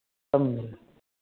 समझे